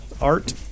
art